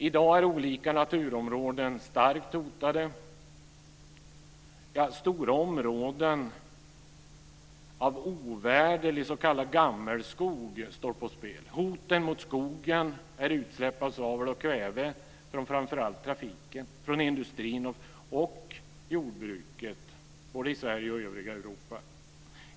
I dag är olika naturområden starkt hotade, stora områden av ovärderlig s.k. gammelskog står på spel. Hoten mot skogen är utsläpp av svavel och kväve från framför allt trafiken, industrin och jordbruket både i Sverige och i övriga Europa.